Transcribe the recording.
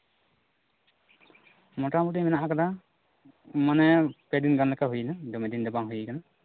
ᱢᱚᱴᱟᱢᱩᱴᱤ ᱢᱮᱱᱟᱜ ᱟᱠᱟᱫᱟ ᱢᱟᱱᱮ ᱯᱮ ᱫᱤᱱ ᱞᱮᱠᱟ ᱦᱩᱭᱮᱱ ᱫᱚᱢᱮ ᱫᱤᱱ ᱫᱚ ᱵᱟᱝ ᱦᱩᱭᱟᱠᱟᱱᱟ